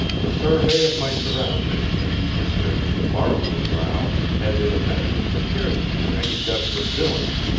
the survey of my surroundings and the incident of the bar-room row had in a measure prepared me for any desperate doings,